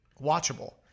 watchable